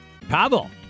Pavel